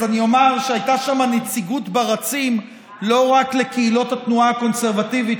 אז אני אומר שהייתה שם נציגות ברצים לא רק לקהילות התנועה הקונסרבטיבית,